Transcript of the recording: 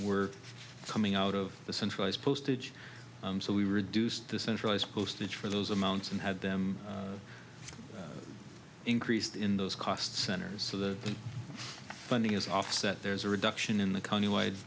were coming out of the centralized postage so we reduced the centralized postage for those amounts and had them increased in those cost centers so the funding is offset there's a reduction in the county wide